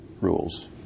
rules